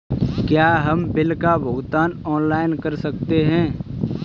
क्या हम बिल का भुगतान ऑनलाइन कर सकते हैं?